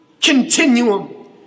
continuum